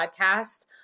podcast